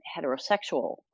heterosexual